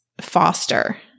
foster